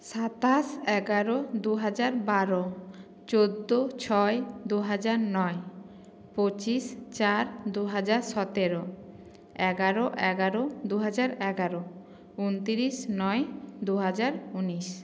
সাতাশ এগারো দুহাজার বারো চোদ্দো ছয় দুহাজার নয় পঁচিশ চার দুহাজার সতেরো এগারো এগারো দুহাজার এগারো উনত্রিশ নয় দুহাজার উনিশ